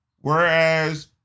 Whereas